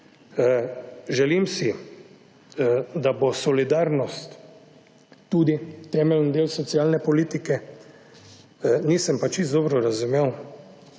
Želim si, da bo solidarnost tudi temeljni del socialne politike, nisem pa čisto dobro razumel